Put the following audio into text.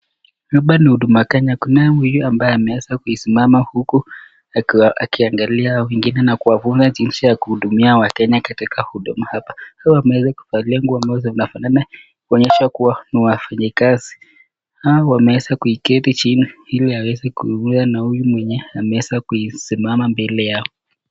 Hapa ni huduma Kenya. Kunaye huyu ambaye ameweza kuisimama huku akiangalia wemgine na kuwafunza jinsi ya kuhudumia wa Kenya katika huduma. Hawa wameweza kuvalia nguo ambazo zinafanana kumaanisha kuwa ni wafanyikazi. Hawa wameweza kuiketi chini ili aweze kuongea na huyu mwenye amesimama mbele yao.